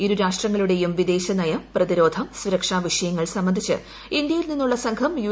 ഇരുരാഷ്ട്രങ്ങളുടേയും വിദേശനയം പ്രതിരോധം സുരക്ഷാ വിഷയങ്ങൾ സംബന്ധിച്ച് ഇന്ത്യയിൽ നിന്നുള്ള സംഘം യു